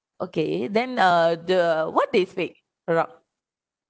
okay then uh the what they speak prague